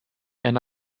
and